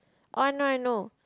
oh I know I know